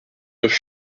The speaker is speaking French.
neuf